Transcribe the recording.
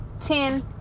Ten